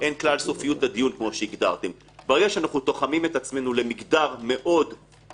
ואנחנו מוכרחים לעבוד בסביבה